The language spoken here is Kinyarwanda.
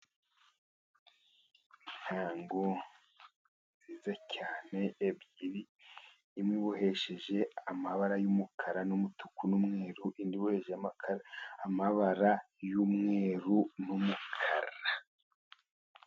Intango nziza cyane ebyiri, imwe bohesheje amabara y'umukara n'umutuku n'umweru, indi ibohesheje amabara y'umweru n'umukara.